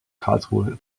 karlsruhe